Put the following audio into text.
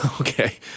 Okay